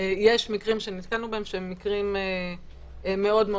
יש מקרים שנתקלנו בהם, שהם מקרים מאוד קשים.